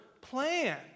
plan